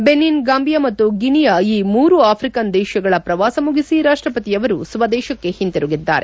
Benin Gambia ಮತ್ತು Guinea ಈ ಮೂರು ಆಫಿಕನ್ ದೇಶಗಳ ಪ್ರವಾಸ ಮುಗಿಸಿ ರಾಷ್ಷಪತಿಯವರು ಸ್ವದೇಶಕ್ಕೆ ಹಿಂತಿರುಗಿದ್ದಾರೆ